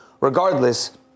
Regardless